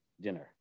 dinner